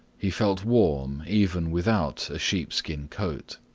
he felt warm, even without a sheep-skin coat.